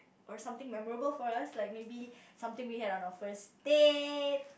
or something memorable for us like maybe something we had on our first date